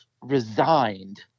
resigned